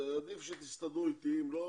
עדיף שתסתדרו אתי ואם לא,